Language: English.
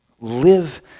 Live